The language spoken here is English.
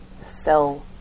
sell